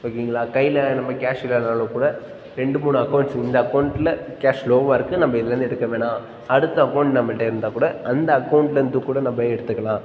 ஓகேங்களா கையில் நம்ம கேஷ் இல்லைனாலும் கூட ரெண்டு மூணு அக்கௌண்ட்ஸு இந்த அக்கௌண்ட்டில் கேஷ் லோவாக இருக்குது நம்ம இதிலேருந்து எடுக்க வேணாம் அடுத்த அக்கௌண்ட் நம்மள்ட்ட இருந்தால் கூட அந்த அக்கௌண்ட்டிலேருந்து கூட நம்ம எடுத்துக்கலாம்